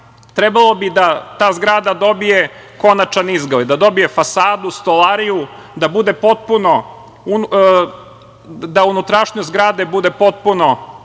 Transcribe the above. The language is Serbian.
trebalo bi da ta zgrada dobije konačan izgled, da dobije fasadu, stolariju, da unutrašnjost zgrade bude potpuno